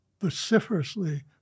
vociferously